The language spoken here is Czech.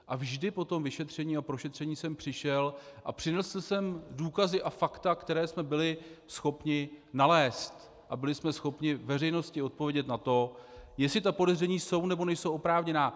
A vždy po tom vyšetření a prošetření jsem přišel a přinesl jsem důkazy a fakta, které jsme byli schopni nalézt, a byli jsme schopni veřejnosti odpovědět na to, jestli ta podezření jsou nebo nejsou oprávněná.